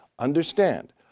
Understand